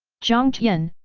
jiang tian,